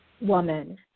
woman